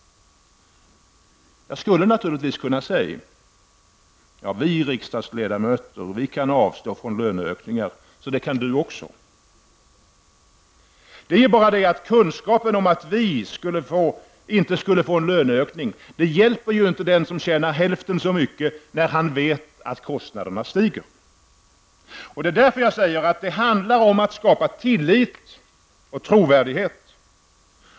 Jag skulle naturligtvis kunna säga: Vi riksdagsledamöter kan avstå från löneökningar, så det kan du också! Det är ju bara det att kunskapen om att vi inte skulle få löneökning hjälper ju inte den som tjänar hälften så mycket, när han vet att kostnaderna stiger. Det är därför jag säger att det handlar om att skapa tillit och trovärdighet.